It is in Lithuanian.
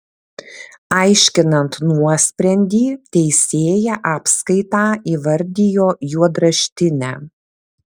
aiškinant nuosprendį teisėja apskaitą įvardijo juodraštine